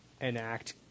enact